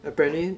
apparently